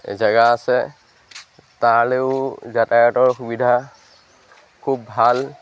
জেগা আছে তালৈও যাতায়াতৰ সুবিধা খুব ভাল